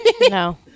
no